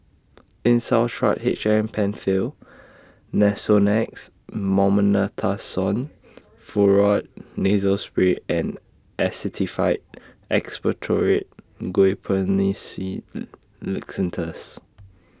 H M PenFill Nasonex Furoate Nasal Spray and Actified Expectorant Guaiphenesin Linctus